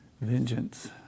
vengeance